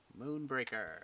Moonbreaker